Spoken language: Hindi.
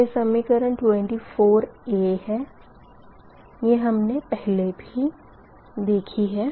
यह समीकरण 24 है यह हमने पहले भी देखी है